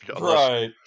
Right